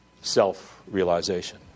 self-realization